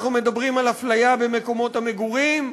אנחנו מדברים על אפליה במקומות המגורים,